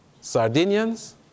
Sardinians